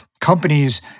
companies